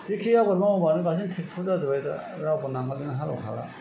जिखि आबाद मावा मानो बांसिन ट्रेक्टर जाजोबबाय दा रावबो नांगोलजोंनो हालेवखाला